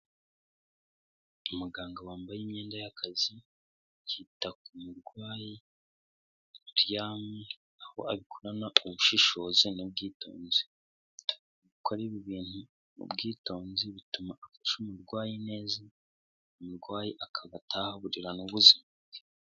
Umuganga wambaye imyenda y'akazi akita ku murwayi uryamye, aho abikorana ubushishozi n'ubwitonzi. Gukora ibi bintu mu bwitonzi, bituma afasha umurwayi neza, umurwayi akaba atahaburira n'ubuzima bwe.